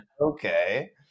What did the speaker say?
okay